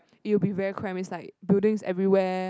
it will be very cramp it's like buildings everywhere